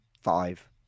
five